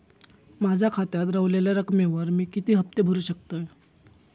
माझ्या खात्यात रव्हलेल्या रकमेवर मी किती हफ्ते भरू शकतय?